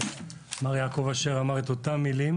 מר יעקב אשר אמר את אותן מילים,